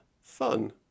fun